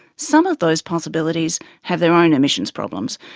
some of those possibilities have their own emissions problems.